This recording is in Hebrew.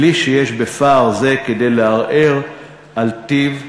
בלי שיש בפער זה כדי לערער על טיב התחזית.